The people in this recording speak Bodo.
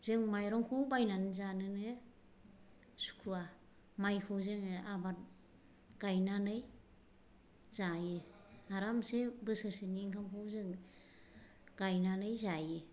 जों माइरंखौ बायनानै जानोनो सुखुवा माइखौ जोङो आबाद गायनानै जायो आरामसे बोसोर सेनि ओंखामखौ जों गायनानै जायो